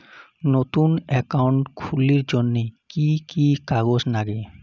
নতুন একাউন্ট খুলির জন্যে কি কি কাগজ নাগে?